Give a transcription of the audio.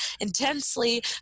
intensely